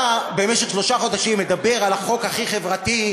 אתה במשך שלושה חודשים מדבר על החוק הכי חברתי,